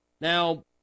Now